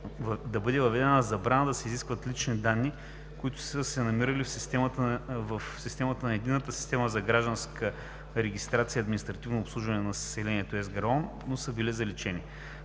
да бъде въведена забрана да се изискват лични данни, които са се намирали в системата на Единната система за гражданска регистрация и административно обслужване на населението (ЕСГРАОН), но са били заличени.